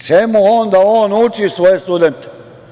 Čemu onda on uči svoje studente?